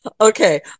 Okay